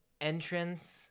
entrance